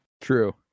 True